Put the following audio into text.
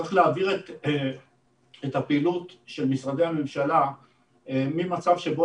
צריך להעביר את הפעילות של משרדי הממשלה ממצב שבו